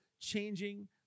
changing